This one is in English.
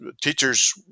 teachers